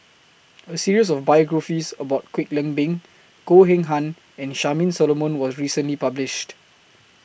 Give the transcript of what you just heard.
A series of biographies about Kwek Leng Beng Goh Eng Han and Charmaine Solomon was recently published